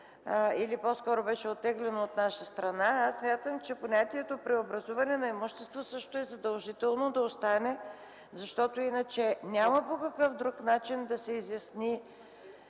или по-скоро беше оттеглено от наша страна, аз смятам, че понятието „преобразуване на имущество” също е задължително да остане, защото иначе няма по какъв друг начин да се изясни